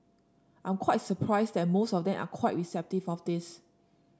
I'm quite surprised that most of them are quite receptive of this